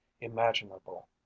imaginable